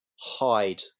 hide